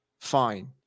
fine